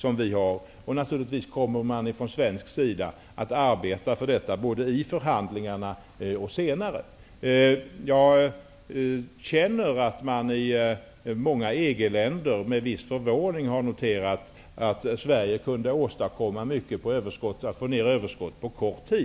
Från svensk sida kommer man naturligtvis att arbeta för detta, både i förhandlingarna och senare. I många EG-länder har man med en viss förvåning noterat att Sverige på så kort tid kunde få ned överskottet.